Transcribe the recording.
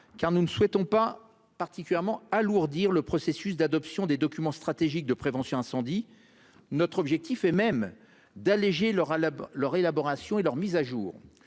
part, nous ne souhaitons pas alourdir les processus d'adoption des documents stratégiques de prévention incendie. Notre objectif est même d'alléger leur élaboration et leur mise à jour.